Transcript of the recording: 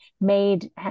made